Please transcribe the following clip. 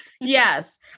Yes